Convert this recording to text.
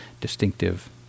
distinctive